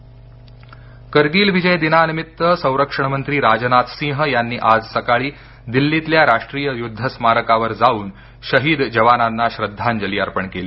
करगिल संरक्षण मंत्री करगिल विजयदिनानिमित्त संरक्षण मंत्री राजनाथ सिंह यांनी आज सकाळी दिल्लीतल्या राष्ट्रीय युद्ध स्मारकावर जाऊन शहीद जवानांना श्रद्धांजली अर्पण केली